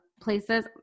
places